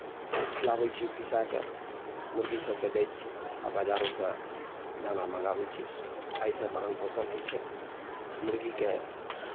खिलाबै छी पिसा कऽ मुर्गी सभकेँ दैत छी आ बजारोसँ दाना मङ्गाबै छी एहिसँ भरण पोषण होइ छै मुर्गीके